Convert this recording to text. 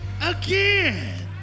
again